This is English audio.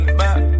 back